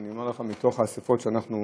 ואני אומר לך מתוך האספות שאנחנו